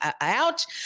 out